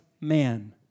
man